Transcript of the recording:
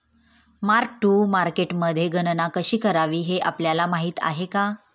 Mark to मार्केटमध्ये गणना कशी करावी हे आपल्याला माहित आहे का?